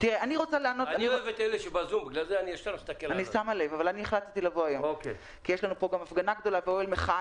אני החלטתי לבוא היום כי יש לנו פה גם הפגנה גדולה ואוהל מחאה.